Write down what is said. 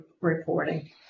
reporting